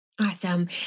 Awesome